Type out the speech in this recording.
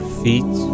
feet